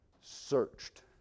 searched